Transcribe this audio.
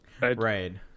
Right